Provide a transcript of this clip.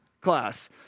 class